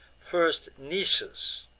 first nisus,